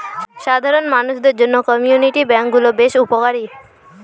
সাধারণ মানুষদের জন্য কমিউনিটি ব্যাঙ্ক গুলো বেশ উপকারী